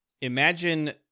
Imagine